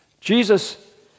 Jesus